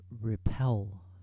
repel